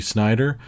Snyder